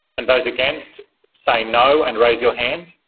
and those against say no and raise your hand.